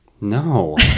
no